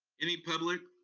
any public,